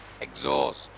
exhaust